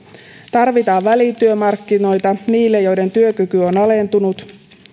tarvitaan välityömarkkinoita niille joiden työkyky on alentunut